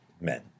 men